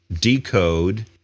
decode